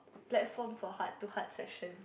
platform for heart to heart session